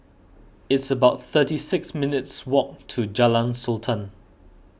it's about thirty six minutes' walk to Jalan Sultan